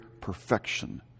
perfection